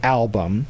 album